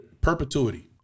perpetuity